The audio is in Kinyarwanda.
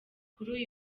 kuri